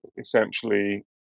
essentially